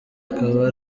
akaba